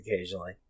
occasionally